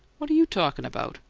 what you talkin' about?